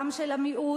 גם של המיעוט,